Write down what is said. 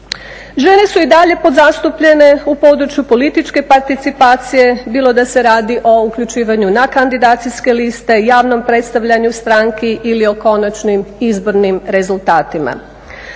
Žene su i dalje podzastupljene u području političke participacije, bilo da se radi o uključivanju na kandidacijske liste, javnom predstavljanju stranki ili o konačnim izbornim rezultatima.